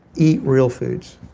eat real foods.